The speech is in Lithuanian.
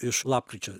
iš lapkričio